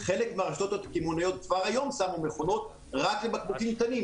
חלק מהרשתות הקמעונאיות כבר היום שמו מכונות רק לבקבוקים קטנים.